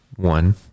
One